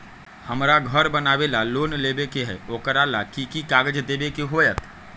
हमरा घर बनाबे ला लोन लेबे के है, ओकरा ला कि कि काग़ज देबे के होयत?